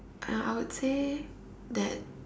uh I would say that